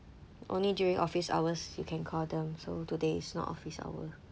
only during office hours you can call them so today is not office hour